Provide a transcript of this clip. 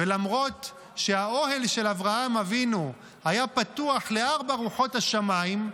ולמרות שהאוהל של אברהם אבינו היה פתוח לארבע רוחות השמיים,